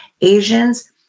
Asians